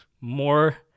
more